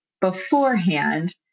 beforehand